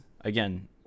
again